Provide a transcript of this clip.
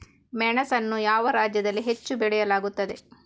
ಮೆಣಸನ್ನು ಯಾವ ರಾಜ್ಯದಲ್ಲಿ ಹೆಚ್ಚು ಬೆಳೆಯಲಾಗುತ್ತದೆ?